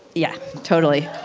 yeah, totally.